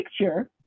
picture